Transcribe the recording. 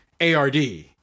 ARD